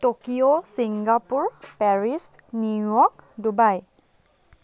Tokyo Singapore Paris New York Dubai